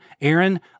Aaron